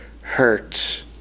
hurt